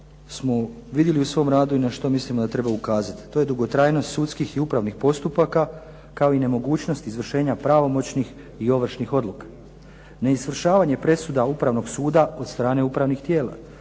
smo vidjeli u svom radu i na što mislimo da treba ukazati. To je dugotrajnost sudskih i upravnih postupaka kao i nemogućnost izvršenja pravomoćnih i ovršnih odluka. Neizvršavanje presuda upravnog suda od strane upravnih tijela,